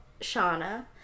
shauna